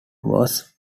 was